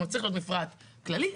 צריך להיות מפרט כללי,